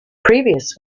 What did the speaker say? previous